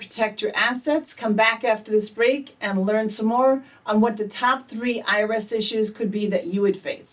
protect your assets come back after this break and learn some more on what the top three i rez issues could be that you would